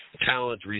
talent